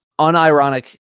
Unironic